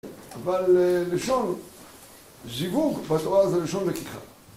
אבל לשון זיווג בתורה זה לשון לקיחה.